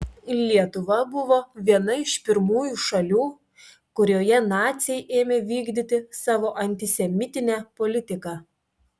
lietuva buvo viena iš pirmųjų šalių kurioje naciai ėmė vykdyti savo antisemitinę politiką